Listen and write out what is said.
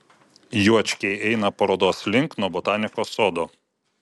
juočkiai eina parodos link nuo botanikos sodo